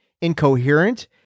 incoherent